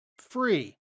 free